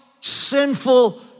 sinful